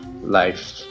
life